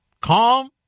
calm